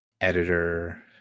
editor